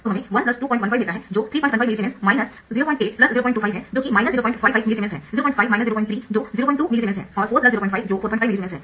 तो हमें 1215 मिलता है जो 315 मिलीसीमेंस 08025 है जो कि 055 मिलीसीमेंस है 05 03 जो 02 मिलीसीमेंस है और 405 जो 45 मिलीसीमेंस है